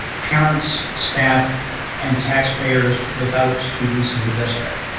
parents, staff and taxpayers. without students in the district,